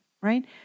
right